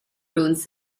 ruins